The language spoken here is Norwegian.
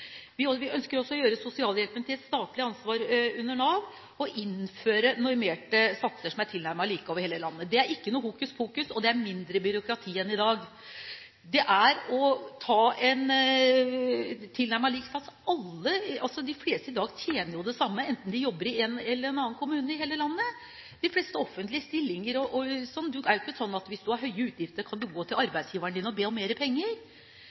tid. Den følelsen ønsker vi å ta bort fra dem som er utsatt for det. Vi ønsker også å gjøre sosialhjelpen til et statlig ansvar under Nav og innføre normerte satser som er tilnærmet like over hele landet. Det er ikke noe hokuspokus, og det er mindre byråkrati enn i dag. De fleste i dag tjener jo det samme, enten de jobber i den ene eller den andre kommunen i landet. I de fleste offentlige stillinger er det jo ikke slik at hvis du har høye utgifter, kan du gå til arbeidsgiveren din og be om mer penger.